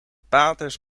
paters